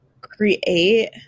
create